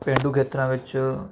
ਪੇਂਡੂ ਖੇਤਰਾਂ ਵਿੱਚ